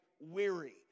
weary